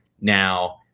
now